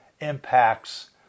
impacts